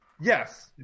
Yes